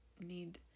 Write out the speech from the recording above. need